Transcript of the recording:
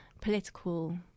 political